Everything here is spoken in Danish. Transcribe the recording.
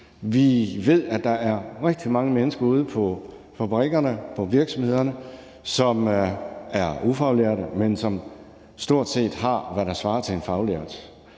Vi ved, at der er rigtig mange mennesker ude på fabrikkerne og i virksomhederne, som er ufaglærte, men som stort set har, hvad der svarer til at være